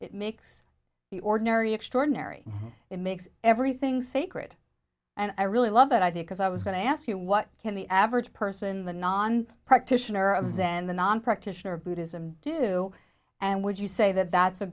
it makes the ordinary extraordinary it makes everything sacred and i really love that idea because i was going to ask you what can the average person the non practitioner of then the non practitioner of buddhism do and would you say that that's a